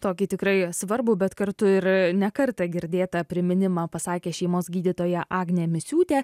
tokį tikrai svarbų bet kartu ir ne kartą girdėtą priminimą pasakė šeimos gydytoja agnė misiūtė